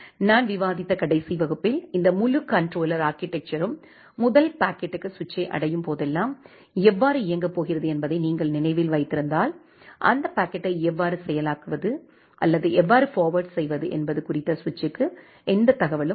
நான் விவாதித்த கடைசி வகுப்பில் இந்த முழு கண்ட்ரோலர் ஆர்க்கிடெக்சரும் முதல் பாக்கெட்டுக்கு சுவிட்சை அடையும் போதெல்லாம் எவ்வாறு இயங்கப் போகிறது என்பதை நீங்கள் நினைவில் வைத்திருந்தால் அந்த பாக்கெட்டை எவ்வாறு செயலாக்குவது அல்லது எவ்வாறு ஃபார்வேர்ட் செய்வது என்பது குறித்து சுவிட்சுக்கு எந்த தகவலும் இல்லை